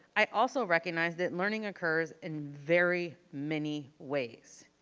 i also recognize that learning occurs in very many ways.